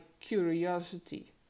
curiosity